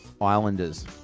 Islanders